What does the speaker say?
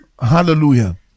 Hallelujah